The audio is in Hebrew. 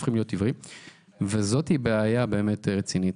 זוהי בעיה רצינית.